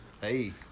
Hey